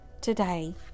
today